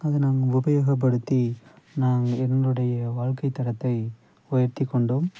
அதை நான் உபயோகப்படுத்தி நான் என்னுடைய வாழ்க்கைத் தரத்தை உயர்த்திக் கொண்டோம்